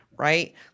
right